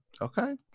Okay